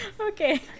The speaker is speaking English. okay